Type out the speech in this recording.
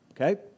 Okay